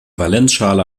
valenzschale